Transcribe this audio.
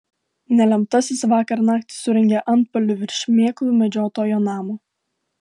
nelemtasis vakar naktį surengė antpuolį virš šmėklų medžiotojo namo